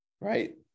Right